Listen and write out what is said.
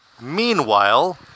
Meanwhile